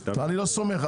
אני לא סומך.